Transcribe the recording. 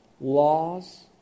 Laws